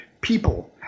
people